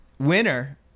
Winner